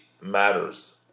matters